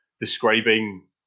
Describing